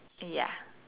ya